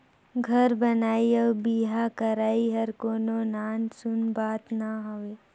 घर बनई अउ बिहा करई हर कोनो नान सून बात ना हवे